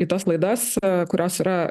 į tas laidas kurios yra